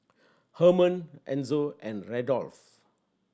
Herman Enzo and Randolph